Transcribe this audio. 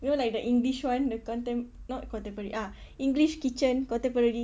you know like the english one the contem~ not contemporary ah english kitchen contemporary